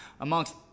amongst